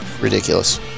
Ridiculous